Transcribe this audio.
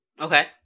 Okay